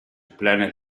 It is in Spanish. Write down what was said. planes